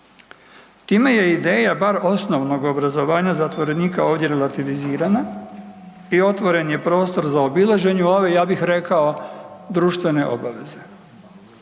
Time je ideja bar osnovnog obrazovanja zatvorenika ovdje relativizirana i otvoren je prostor za obilaženje ove ja bih rekao društvene obaveze.